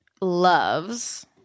loves